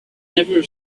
never